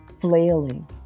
flailing